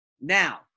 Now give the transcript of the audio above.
Now